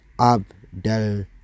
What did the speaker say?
Abdel